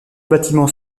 bâtiment